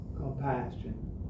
Compassion